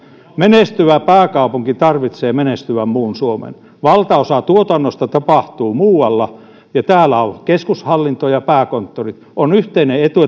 menestyvä pääkaupunki tarvitsee menestyvän muun suomen valtaosa tuotannosta tapahtuu muualla ja täällä on keskushallinto ja pääkonttorit on yhteinen etu